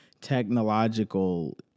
technological